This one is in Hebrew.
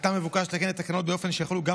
עתה מבוקש לתקן את התקנות באופן שיחולו גם